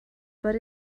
but